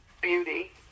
Beauty